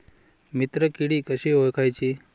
मित्र किडी कशी ओळखाची?